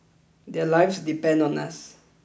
their lives depend on us